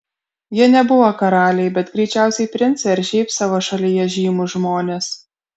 jie nebuvo karaliai bet greičiausiai princai ar šiaip savo šalyje žymūs žmonės